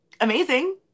amazing